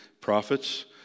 prophets